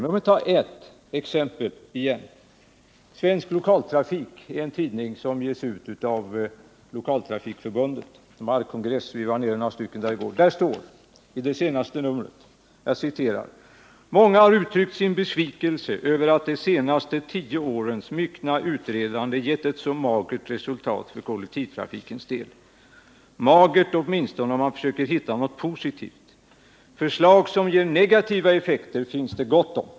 Men vi tar ett exempel igen: Svensk lokaltrafik är en tidning som ges ut av Svenska lokaltrafikföreningen — som hade kongress i går, vi var där några stycken — och det står i det senaste numret ”många har uttryckt sin besvikelse över att de senaste 10 årens myckna utredande gett ett så magert resultat för kollektivtrafikens del. Magert åtminstone om man försöker hitta något positivt. Förslag som ger negativa effekter finns det ganska gott om.